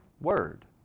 word